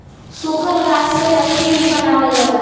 सूखल घास से रस्सी भी बनावल जाला